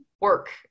work